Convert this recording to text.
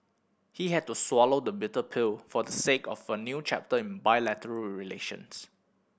he had to swallow the bitter pill for the sake of a new chapter in bilateral relations